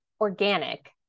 organic